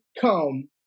come